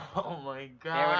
oh my god.